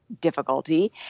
difficulty